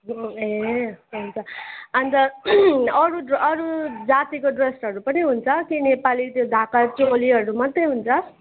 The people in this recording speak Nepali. ए हुन्छ अन्त अरू अरू जातिको ड्रेसहरू पनि हुन्छ कि नेपाली त्यो ढाका चोलीहरू मात्रै हुन्छ